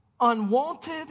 unwanted